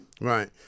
Right